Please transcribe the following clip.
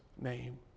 name